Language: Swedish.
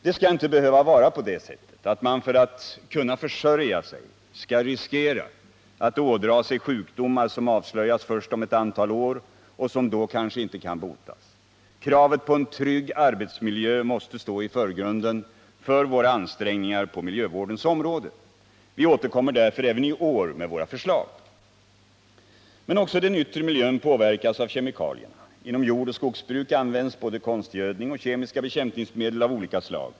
Det skall inte behöva vara på det sättet att man för att kunna försörja sig skall riskera att ådra sig sjukdomar som avslöjas först om ett antal år och som då kanske inte kan botas. Kravet på en trygg arbetsmiljö måste stå i förgrunden för våra ansträngningar på miljövårdens område. Vi återkommer därför även i år med våra förslag. Men också den yttre miljön påverkas av kemikalierna. Inom jordoch skogsbruk används både konstgödning och kemiska bekämpningsmedel av olika slag.